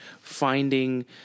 finding